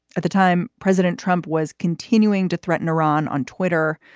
at the time, president trump was continuing to threaten iran on twitter.